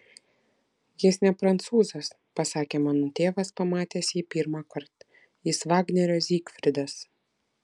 jis ne prancūzas pasakė mano tėvas pamatęs jį pirmąkart jis vagnerio zygfridas